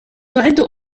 تعد